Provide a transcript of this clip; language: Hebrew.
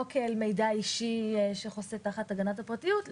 כאל מידע אישי שחוסה תחת הגנת הפרטיות.